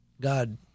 God